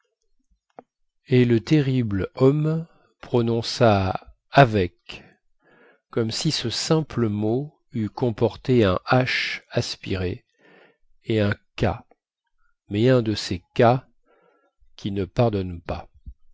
et le terrible homme prononça avec comme si ce simple mot eût comporté un h aspiré et un k mais un de ces k qui ne pardonnent pas